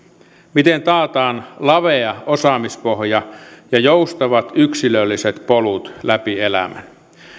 miten taataan lavea osaamispohja ja joustavat yksilölliset polut läpi elämän